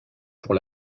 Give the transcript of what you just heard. pour